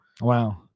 Wow